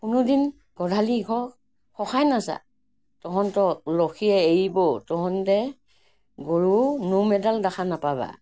কোনোদিন গোহালিঘৰ সহায় নাচা তহঁতক লখীয়ে এৰিব তহঁতে গৰু নোম এডাল দেখা নাপাবা